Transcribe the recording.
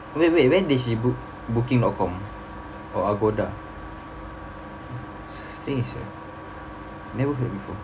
wait wait when did she book booking dot com or agodastrange ah never heard before